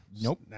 Nope